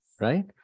right